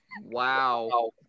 Wow